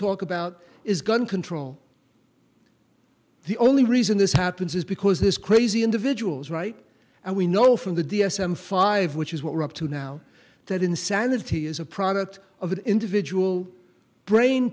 talk about is gun control the only reason this happens is because this crazy individual's right and we know from the d s m five which is what we're up to now that insanity is a product of the individual brain